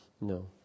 No